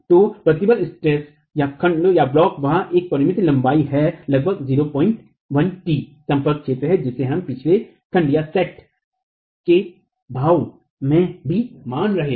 तो प्रतिबल खंडब्लाक वहाँ एक परिमित लंबाई है लगभग 01 t संपर्क क्षेत्र है जिसे हम पिछले खंडसेट के भावों में भी मान रहे हैं